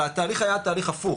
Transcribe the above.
אלא התהליך היה תהליך הפוך,